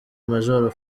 majoro